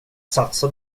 satsa